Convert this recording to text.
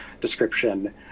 description